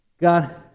God